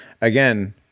Again